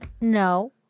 No